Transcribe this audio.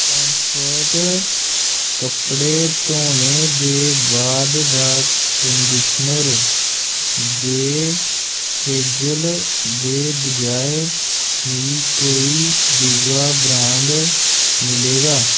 comfort कपड़े धोने दे बाद दा कंडीशनर दे हेजल दे बजाए मिगी कोई दूआ ब्रांड मिले दा